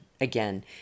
again